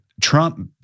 Trump